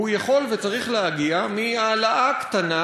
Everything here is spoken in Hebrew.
והוא יכול וצריך להגיע מהעלאה קטנה,